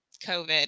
COVID